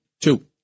Two